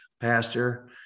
pastor